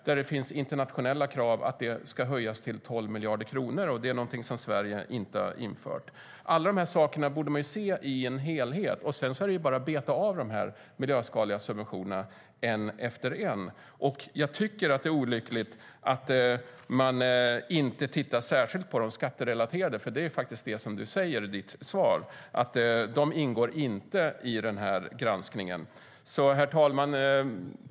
Det finns internationella krav att det ska höjas till 12 miljarder kronor, men det är någonting som Sverige inte har genomfört. Herr talman!